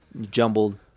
jumbled